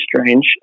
strange